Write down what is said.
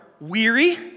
weary